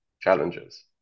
challenges